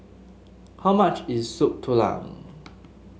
how much is Soup Tulang